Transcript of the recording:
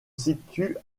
situe